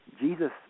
Jesus